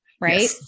right